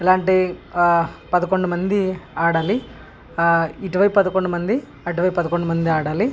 ఇలాంటి పదకొండు మంది ఆడాలి ఇటు వైపు పదకొండు మంది అటు వైపు పదకొండు మంది ఆడాలి